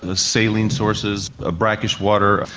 ah saline sources, ah brackish water.